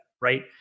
right